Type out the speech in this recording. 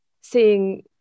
seeing